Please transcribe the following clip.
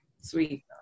sweet